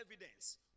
evidence